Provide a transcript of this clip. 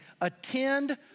attend